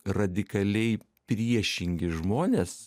radikaliai priešingi žmonės